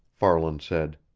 farland said.